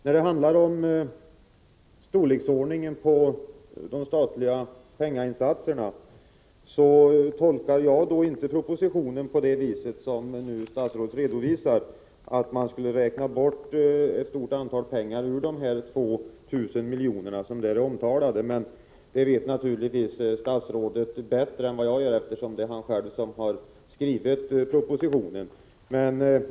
När det gäller storleken på de statliga penninginsatserna tolkar jag inte propositionen på det sätt som statsrådet redovisar, nämligen att man skulle räkna bort en stor summa pengar ur de 2 000 miljoner som nämns i propositionen, men detta vet naturligtvis statsrådet bättre än jag, eftersom det är han själv som har skrivit propositionen.